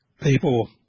People